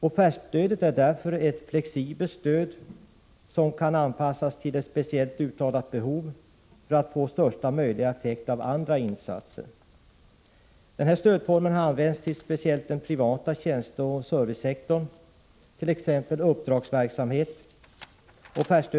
Offertstödet är därför flexibelt och kan anpassas till ett speciellt uttalat behov för att man skall få största möjliga effekt av andra insatser. Den här stödformen har använts till speciellt den privata tjänsteoch servicesektorn, t.ex. uppdragsverksamhet.